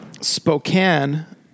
spokane